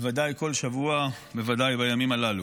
בוודאי כל שבוע, בוודאי בימים הללו.